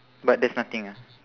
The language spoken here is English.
but there's nothing ah